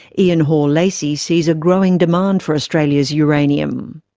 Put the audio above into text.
ian hore-lacy sees a growing demand for australia's uranium.